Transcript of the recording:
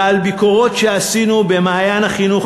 ועל ביקורות שעשינו ב"מעיין החינוך